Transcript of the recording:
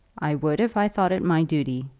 i would if i thought it my duty.